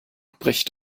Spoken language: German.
bricht